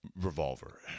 revolver